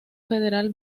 federal